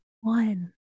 one